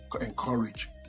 encourage